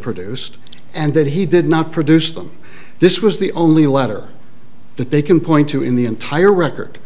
produced and that he did not produce them this was the only letter that they can point to in the entire record